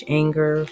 anger